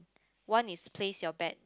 one is place your bet